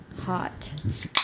Hot